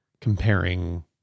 comparing